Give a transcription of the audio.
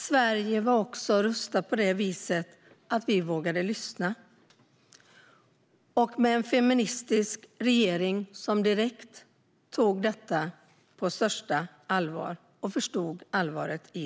Sverige var också rustat på så vis att vi vågade lyssna, och vi hade en feministisk regering som direkt förstod allvaret i det här och som tog det på största allvar.